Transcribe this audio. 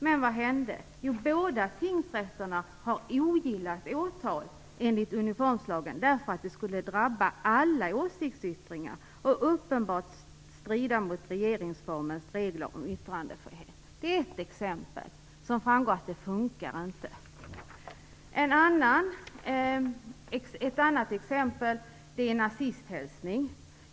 Men vad hände? Jo, båda tingsrätterna ogillade åtal enligt uniformslagen, därför att det skulle drabba alla åsiktsyttringar och uppenbart strida mot regeringsformens regler om yttrandefrihet. Detta är ett exempel, där det framgår att det inte funkar. Ett annat exempel handlar om en nazisthälsning.